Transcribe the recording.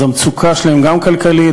אז המצוקה שלהם גם כלכלית,